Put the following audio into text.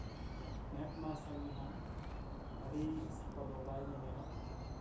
ᱢᱮᱫ ᱢᱮᱫ ᱢᱟᱨᱥᱟᱞ ᱦᱚᱸ ᱟᱹᱰᱤ ᱥᱟᱯᱷᱟ ᱫᱚ ᱵᱟᱭ ᱧᱮᱧᱮᱞᱼᱟ